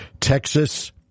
Texas